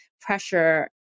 pressure